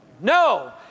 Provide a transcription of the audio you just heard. No